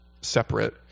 separate